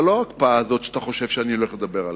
אבל לא ההקפאה שאתה חושב שאני הולך לדבר עליה.